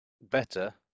better